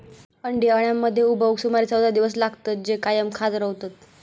अंडी अळ्यांमध्ये उबवूक सुमारे चौदा दिवस लागतत, जे कायम खात रवतत